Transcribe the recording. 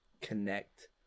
connect